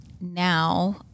now